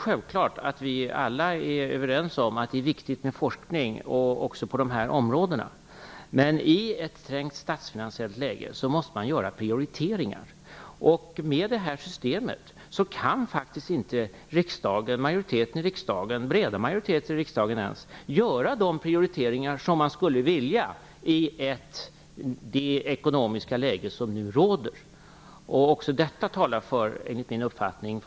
Självfallet är vi alla överens om att det är viktigt med forskning även på dessa områden. Men i ett trängt statsfinansiellt läge måste man göra prioriteringar. Med det här systemet kan inte ens en bred majoritet i riksdagen göra önskade prioriteringar, i rådande ekonomiska läge. Även detta anser jag talar för